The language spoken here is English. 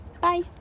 bye